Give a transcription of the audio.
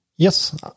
Yes